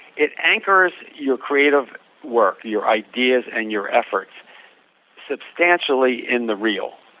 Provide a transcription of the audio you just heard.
it anchors your creative work, your ideas and your efforts substantially in the real.